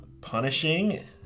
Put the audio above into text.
punishing